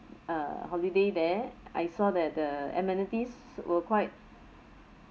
uh holiday there I saw that the amenities were quite